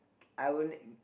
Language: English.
I won't